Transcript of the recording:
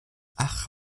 ach